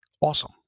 Awesome